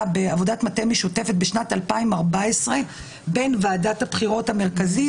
משותפת בשנת 2014 בין ועדת הבחירות המרכזית.